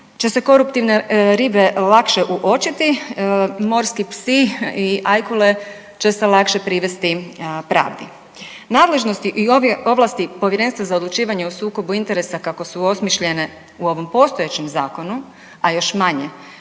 će se koruptivne ribe lakše uočiti, morski psi i ajkule će se lakše privesti pravdi. Nadležnosti i ovlasti Povjerenstva za odlučivanje o sukobu interesa kako su osmišljene u ovom postojećem zakonu, a još manje